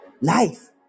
Life